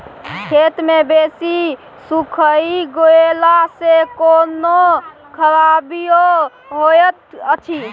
खेत मे बेसी सुइख गेला सॅ कोनो खराबीयो होयत अछि?